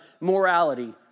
morality